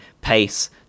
pace